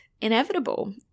inevitable